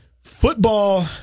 Football